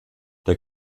der